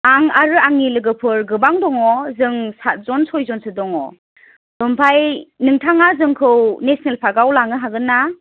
आं आरो आंनि लोगोफोर गोबां दङ जों सातजन सयजनसो दङ ओमफ्राय नोंथाङा जोंखौ नेसनेल पार्कआव लांनो हागोनना